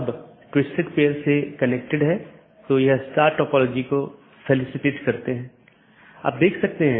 और EBGP में OSPF इस्तेमाल होता हैजबकि IBGP के लिए OSPF और RIP इस्तेमाल होते हैं